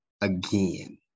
again